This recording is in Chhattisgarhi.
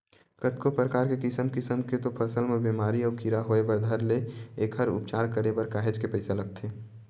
कतको परकार के किसम किसम के तो फसल म बेमारी अउ कीरा होय बर धर ले एखर उपचार करे बर काहेच के पइसा लगथे